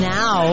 now